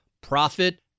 Profit